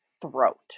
throat